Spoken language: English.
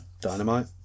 Dynamite